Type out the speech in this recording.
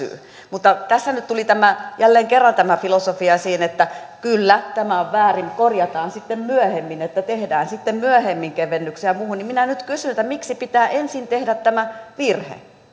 syy tässä nyt tuli jälleen kerran tämä filosofia esiin että kyllä tämä on väärin korjataan sitten myöhemmin tehdään sitten myöhemmin kevennyksiä muuhun minä nyt kysyn miksi pitää ensin tehdä tämä virhe